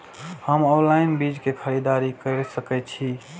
हम ऑनलाइन बीज के खरीदी केर सके छी?